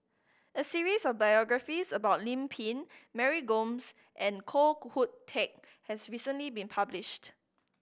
a series of biographies about Lim Pin Mary Gomes and Koh Hoon Teck has recently been published